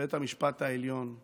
בבית המשפט העליון: